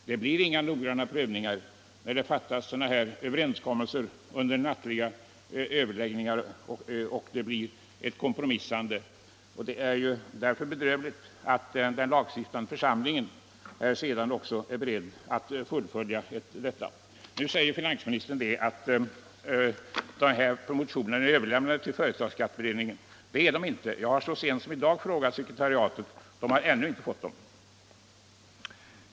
Det blir inga noggranna prövningar när överenskommelser träffas under nattliga överläggningar i kompromissernas tecken. Det är därför också bedrövligt att den lagstiftande församlingen sedan är beredd att fullfölja dessa överenskommelser. Finansministern säger nu att motionerna har överlämnats till företagsskatteberedningen. Det har inte skett. Jag har så sent som i dag frågat dess sekretariat om detta, och det har ännu inte fått dessa motioner.